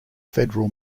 federal